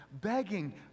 begging